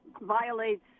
violates